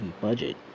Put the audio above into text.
budget